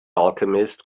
alchemist